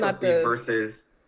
versus